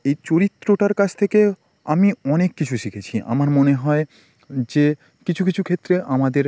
এই চরিত্রটার কাছ থেকে আমি অনেক কিছু শিখেছি আমার মনে হয় যে কিছু কিছু ক্ষেত্রে আমাদের